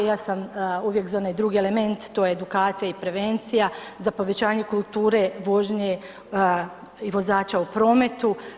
Ja sam uvijek za onaj drugi element to je edukacija i prevencija, za povećanje kulture vožnje i vozača u prometu.